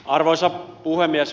arvoisa puhemies